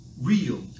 real